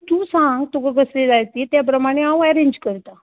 तूं सांग तुका कसलीं जाय तीं त्या प्रमाणे हांव एरेंज करता